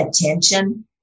attention